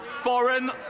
foreign